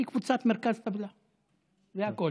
היא קבוצת מרכז טבלה, זה הכול.